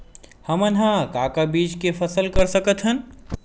हमन ह का का बीज के फसल कर सकत हन?